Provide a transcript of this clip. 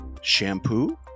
Shampoo